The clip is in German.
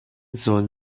sohn